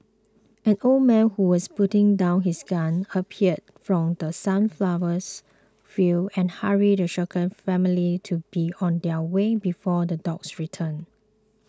an old man who was putting down his gun appeared from The Sunflowers fields and hurried the shaken family to be on their way before the dogs return